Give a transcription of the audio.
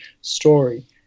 story